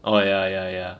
oh ya ya ya